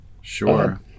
Sure